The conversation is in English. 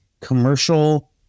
commercial